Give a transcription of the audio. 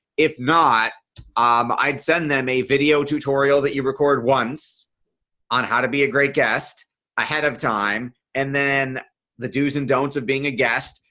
if not um i'd send them a video tutorial that you record ones on how to be a great guest ahead of time and then the dos and don'ts of being a guest.